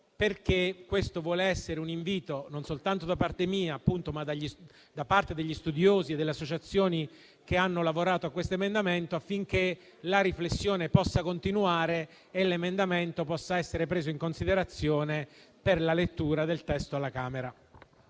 questo vuole essere un invito da parte non soltanto mia, ma anche degli studiosi e delle associazioni che hanno su esso lavorato, affinché la riflessione possa continuare e l'emendamento possa essere preso in considerazione per la lettura del testo alla Camera.